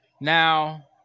now